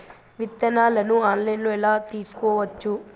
విత్తనాలను ఆన్లైన్లో ఎలా తీసుకోవచ్చు